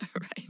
Right